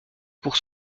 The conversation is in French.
pour